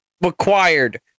required